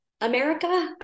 America